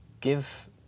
give